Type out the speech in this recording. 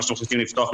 מה שאתם מחליטים לפתוח,